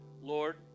Lord